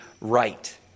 right